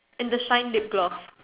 and the shine lip gloss